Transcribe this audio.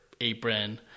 apron